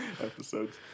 episodes